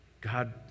God